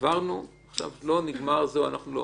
העברנו ועכשיו כבר נגמר, אז לא.